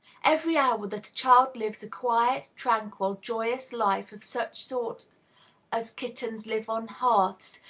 every hour that a child lives a quiet, tranquil, joyous life of such sort as kittens live on hearths,